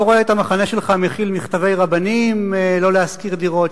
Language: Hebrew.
אני לא רואה את המחנה שלך מכיל מכתבי רבנים לא להשכיר דירות,